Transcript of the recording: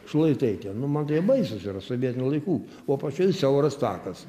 šlaitai nu man tai jie baisūs yra sovietinių laikų o apačioj siauras takas